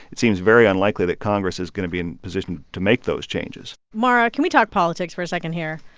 it seems very unlikely that congress is going to be in position to make those changes mara, can we talk politics for a second here?